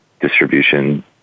distribution